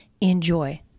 Enjoy